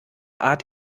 art